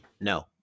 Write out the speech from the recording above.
No